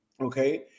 Okay